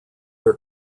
are